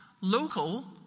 Local